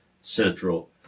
central